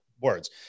words